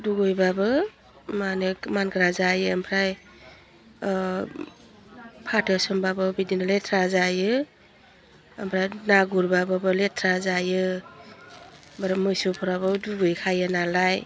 दुगैबाबो मानेक मानग्रा जायो आमफ्राय फाथो सोमबाबो बिदिनो लेथ्रा जायो आमफ्राय ना गुरबाबाबो लेथ्रा जायो आमफ्राय मोसोफ्राबो दुगैखायो नालाय